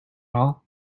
all